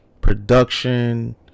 Production